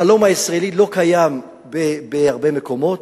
החלום הישראלי לא קיים בהרבה מקומות,